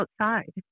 outside